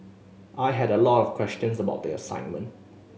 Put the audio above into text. I had a lot of questions about the assignment